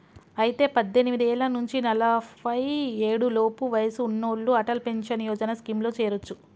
అయితే పద్దెనిమిది ఏళ్ల నుంచి నలఫై ఏడు లోపు వయసు ఉన్నోళ్లు అటల్ పెన్షన్ యోజన స్కీమ్ లో చేరొచ్చు